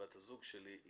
בת הזוג שלי,